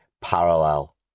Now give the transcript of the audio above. parallel